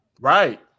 Right